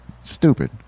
stupid